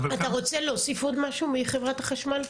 אתה רוצה להוסיף עוד משהו מחברת החשמל?